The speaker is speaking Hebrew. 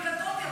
אני קטונתי,